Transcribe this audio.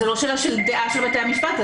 זאת לא שאלה של דעה של בתי המשפט.